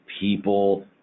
people